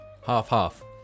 Half-half